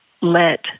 let